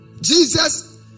Jesus